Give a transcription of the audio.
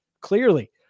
clearly